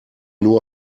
nur